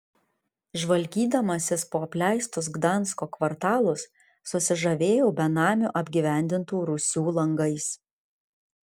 žvalgydamasis po apleistus gdansko kvartalus susižavėjau benamių apgyvendintų rūsių langais